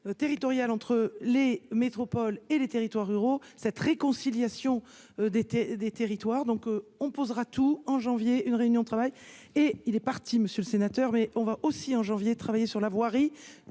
territoriale entre les métropoles et les territoires ruraux cette réconciliation d'été des territoires, donc on posera tout en janvier, une réunion de travail, et il est parti, monsieur le sénateur, mais on va aussi en janvier, de travailler sur la voirie,